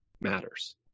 matters